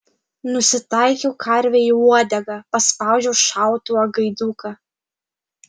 nusitaikiau karvei į uodegą paspaudžiau šautuvo gaiduką